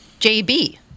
JB